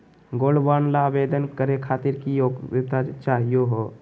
Gold bond ल आवेदन करे खातीर की योग्यता चाहियो हो?